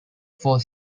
four